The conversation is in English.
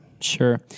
Sure